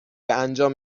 انجام